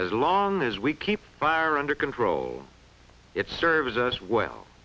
as long as we keep fire under control it serves us well